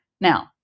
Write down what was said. Now